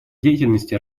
деятельности